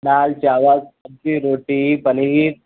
दाल चावल सब्ज़ी रोटी पनीर